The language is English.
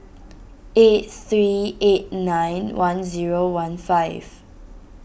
eight three eight nine one zero one five